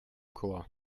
chor